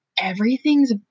everything's